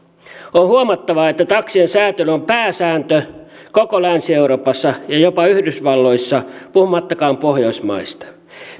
on huomattava että taksien säätely on pääsääntö koko länsi euroopassa ja jopa yhdysvalloissa puhumattakaan pohjoismaista